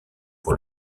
pour